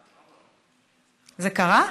זה קרה?